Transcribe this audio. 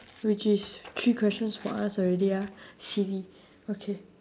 which is three questions for us already ah okay